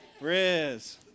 Riz